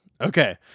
Okay